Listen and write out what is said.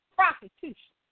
prostitution